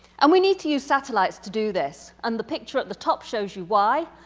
and we need to use satellites to do this and the picture at the top shows you why.